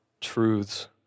truths